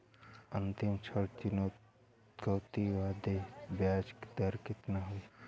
अंतिम ऋण चुकौती बदे ब्याज दर कितना होई?